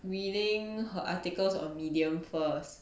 reading her articles on medium first